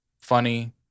funny